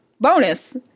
bonus